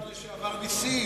והשר לשעבר נסים,